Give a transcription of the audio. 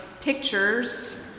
pictures